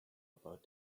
about